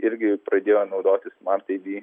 irgi pradėjo naudoti smart id